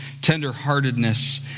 tenderheartedness